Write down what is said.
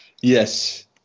Yes